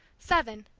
seven,